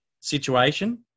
situation